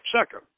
Second